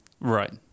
Right